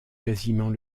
quasiment